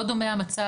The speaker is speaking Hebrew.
לא דומה המצב,